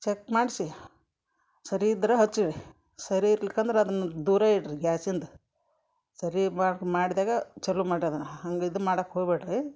check ಮಾಡಿಸಿ ಸರಿ ಇದ್ದರೆ ಹಚ್ಚಿ ರೀ ಸರಿ ಇಲ್ಕ್ ಅಂದ್ರೆ ಅದನ್ನು ದೂರ ಇಡಿರಿ ಗ್ಯಾಸಿಂದು ಸರಿ ಮಾಡ್ಕ್ ಮಾಡಿದಾಗ ಚಲೋ ಮಾಡ್ರೆ ಅದನ್ನು ಹಂಗೆ ಇದು ಮಾಡಕ್ಕ ಹೋಗಬೇಡ್ರಿ